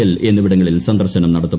L എന്നിവിടങ്ങളിൽ സന്ദർശനം നടത്തും